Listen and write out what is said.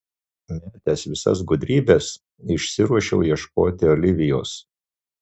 metęs visas gudrybes išsiruošiau ieškoti olivijos